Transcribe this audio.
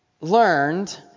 learned